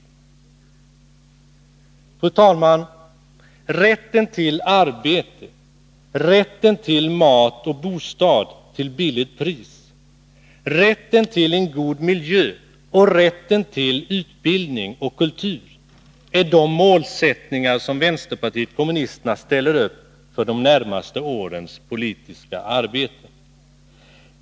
Fru talman! Rätten till arbete, rätten till mat och bostad till lågt pris, rätten till en god miljö och rätten till utbildning och kultur är de målsättningar som vänsterpartiet kommunisterna ställer upp för de närmaste årens politiska arbete.